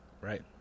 Right